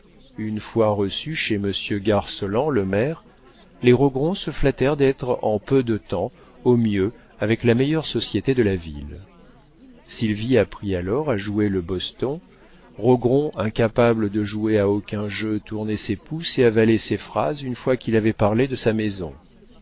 une fois reçus chez monsieur garceland le maire les rogron se flattèrent d'être en peu de temps au mieux avec la meilleure société de la ville sylvie apprit alors à jouer le boston rogron incapable de jouer à aucun jeu tournait ses pouces et avalait ses phrases une fois qu'il avait parlé de sa maison